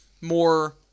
more